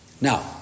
Now